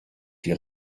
die